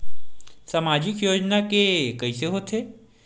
सामाजिक योजना के कइसे होथे?